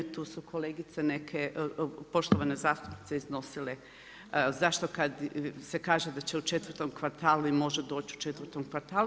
Tu su kolegice neke, poštovane zastupnice iznosile, zašto kad se kaže da će u 4 kvartalu i može doći u 4 kvartalu.